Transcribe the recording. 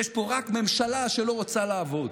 יש פה רק ממשלה שלא רוצה לעבוד.